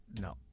No